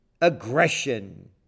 aggression